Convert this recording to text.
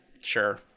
Sure